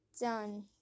done